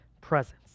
presence